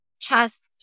chest